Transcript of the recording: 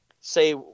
say